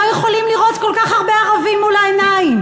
יכולים לראות כל כך הרבה ערבים מול העיניים.